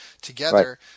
together